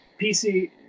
PC